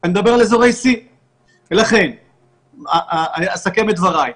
אני מדבר על אזור C. אסכם את דבריי.